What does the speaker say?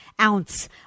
ounce